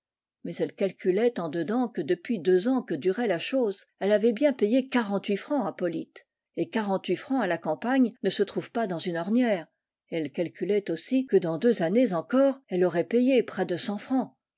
mais elle calculait en dedans que depuis deux ans que durait la chose elle avait bien payé quarante-huit francs à polyte et quarante-huit francs à la campagne ne se trouvent pas dans une ornière et elle calculait aussi que dans deux années encore elle aurait payé près de cent francs